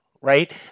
right